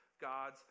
God's